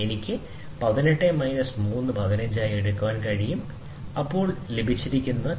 എന്നിട്ട് എനിക്ക് 15" വേണം എനിക്ക് ചെയ്യാൻ കഴിയുന്നത് എനിക്ക് 18" മൈനസ് 3 "ആയി സൃഷ്ടിക്കാൻ കഴിയും എനിക്ക് അത് പൂർത്തിയാക്കാൻ കഴിയും